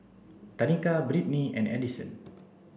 Tanika Brittnee and Edson